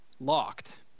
locked